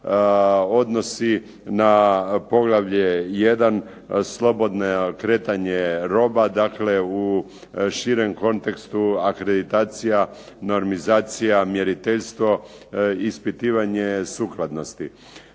odnosi na poglavlje I. – Slobodno kretanje roba. Dakle, u širem kontekstu akreditacija, normizacija, mjeriteljstvo, ispitivanje sukladnosti.